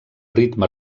ritme